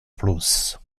plus